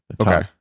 Okay